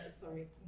Sorry